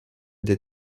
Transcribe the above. des